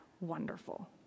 wonderful